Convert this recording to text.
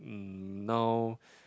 uh now